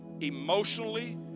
emotionally